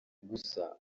gusa